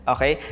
Okay